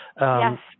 Yes